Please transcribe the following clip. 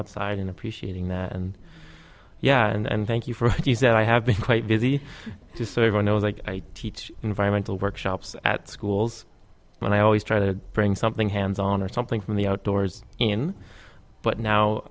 outside and appreciating that and yeah and thank you for that i have been quite busy the server knows i teach environmental workshops at schools and i always try to bring something hands on or something from the outdoors in but now